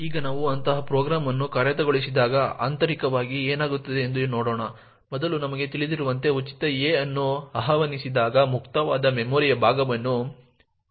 ಈಗ ನಾವು ಅಂತಹ ಪ್ರೋಗ್ರಾಂ ಅನ್ನು ಕಾರ್ಯಗತಗೊಳಿಸಿದಾಗ ಆಂತರಿಕವಾಗಿ ಏನಾಗುತ್ತದೆ ಎಂದು ನೋಡೋಣ ಮೊದಲು ನಮಗೆ ತಿಳಿದಿರುವಂತೆ ಉಚಿತ a ಅನ್ನು ಆಹ್ವಾನಿಸಿದಾಗ ಮುಕ್ತವಾದ ಮೆಮೊರಿಯ ಭಾಗವನ್ನು ಲಿಂಕ್ ಮಾಡಿದ ಪಟ್ಟಿಗೆ ಸೇರಿಸಲಾಗುತ್ತದೆ